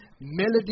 melody